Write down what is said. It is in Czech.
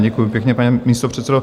Děkuji pěkně, pane místopředsedo.